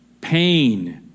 Pain